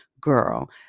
girl